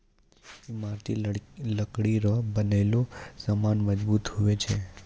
ईमारती लकड़ी रो बनलो समान मजबूत हुवै छै